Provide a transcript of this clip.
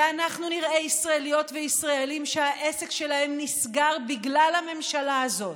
ואנחנו נראה ישראליות וישראלים שהעסק שלהם נסגר בגלל הממשלה הזאת,